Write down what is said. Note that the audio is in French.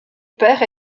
père